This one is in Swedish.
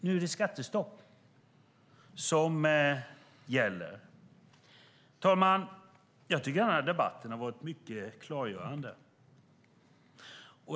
Nu är det skattestopp som gäller. Jag tycker att debatten har varit mycket klargörande.